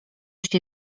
się